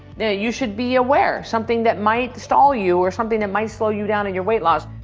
yeah you should be aware something that might stall you or something that might slow you down in your weight loss.